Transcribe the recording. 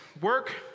work